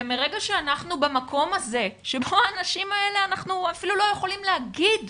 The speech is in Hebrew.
מרגע שאנחנו במקום הזה שבו אנחנו אפילו לא יכולים להגיד,